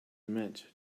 meant